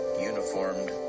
uniformed